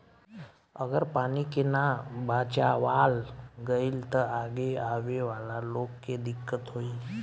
अगर पानी के ना बचावाल गइल त आगे आवे वाला लोग के दिक्कत होई